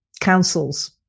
councils